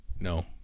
No